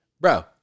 bro